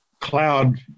cloud